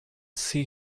see